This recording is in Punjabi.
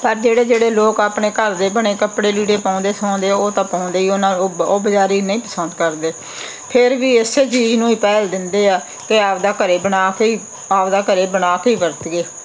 ਪਰ ਜਿਹੜੇ ਜਿਹੜੇ ਲੋਕ ਆਪਣੇ ਘਰ ਦੇ ਬਣੇ ਕੱਪੜੇ ਲੀੜੇ ਪਾਉਂਦੇ ਸਵਾਉਂਦੇ ਉਹ ਤਾਂ ਪਾਉਂਦੇ ਹੀ ਉਹਨਾਂ ਉਹ ਬ ਉਹ ਬਜ਼ਾਰੀ ਨਹੀਂ ਪਸੰਦ ਕਰਦੇ ਫਿਰ ਵੀ ਇਸੇ ਚੀਜ਼ ਨੂੰ ਹੀ ਪਹਿਲ ਦਿੰਦੇ ਆ ਕਿ ਆਪਦਾ ਘਰ ਬਣਾ ਕੇ ਆਪਦਾ ਘਰ ਬਣਾ ਕੇ ਹੀ ਵਰਤੀਏ